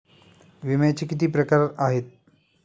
विम्याचे किती प्रकार आहेत?